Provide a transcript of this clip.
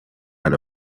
out